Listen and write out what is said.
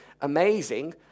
amazing